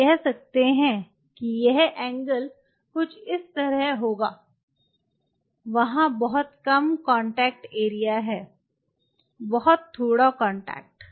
आप कह सकते हैं कि यह एंगल कुछ इस तरह होगा वहाँ बहुत कम कांटेक्ट एरिया है बहुत थोड़ा कांटेक्ट